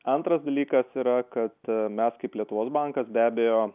antras dalykas yra kad mes kaip lietuvos bankas be abejo